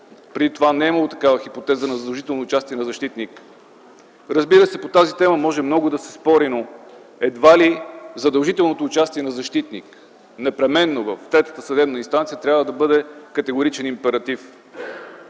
Преди това не е имало такава хипотеза на задължително участие на защитник. По тази тема може много да се спори, но едва ли задължителното участие на защитник непременно в третата съдебна инстанция трябва да бъде категоричен императив.